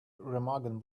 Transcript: remagen